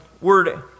word